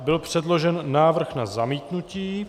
Byl předložen návrh na zamítnutí.